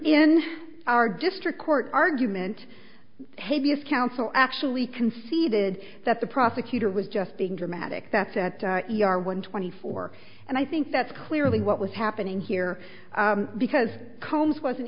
in our district court argument habeas counsel actually conceded that the prosecutor was just being dramatic that's at one twenty four and i think that's clearly what was happening here because colmes wasn't